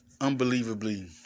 unbelievably